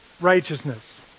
righteousness